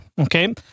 Okay